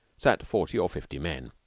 sat forty or fifty men,